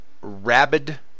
rabid